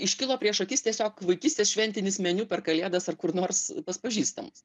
iškilo prieš akis tiesiog vaikystės šventinis meniu per kalėdas ar kur nors pas pažįstamus